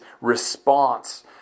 response